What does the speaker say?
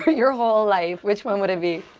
your whole life. which one would it be?